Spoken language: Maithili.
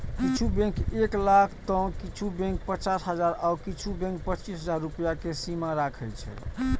किछु बैंक एक लाख तं किछु बैंक पचास हजार आ किछु बैंक पच्चीस हजार रुपैया के सीमा राखै छै